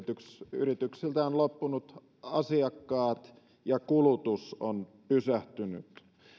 yrityksiltä ovat loppuneet asiakkaat ja kulutus on pysähtynyt